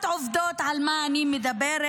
קצת עובדות על מה אני מדברת.